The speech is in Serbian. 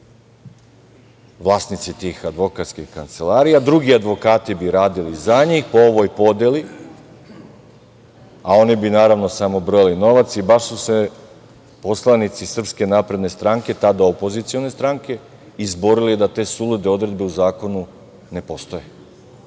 vlasnici tih advokatskih kancelarija. Drugi advokati bi radili za njih po ovoj podeli, a oni bi naravno, samo brojali novac i baš su se poslanici SNS tada, opozicione stranke izborili da te sulude odredbe u zakonu ne postoje. Bilo